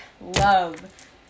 love